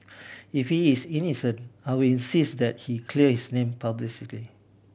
if he is innocent I will insist that he clear his name publicly